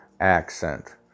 accent